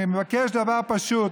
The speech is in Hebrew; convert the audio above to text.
אני מבקש דבר פשוט,